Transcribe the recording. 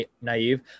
naive